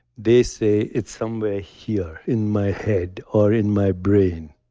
they say, it's somewhere here in my head or in my brain.